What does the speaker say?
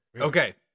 okay